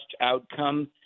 outcome